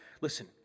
Listen